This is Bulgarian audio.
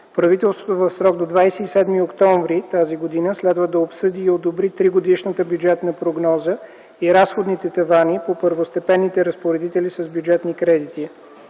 правителството до 27 октомври тази година следва да обсъди и одобри тригодишната бюджетна прогноза и разходните тавани по първостепенните разпоредители с бюджетни кредити,